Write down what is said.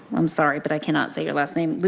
i'm sorry but i cannot say your last name.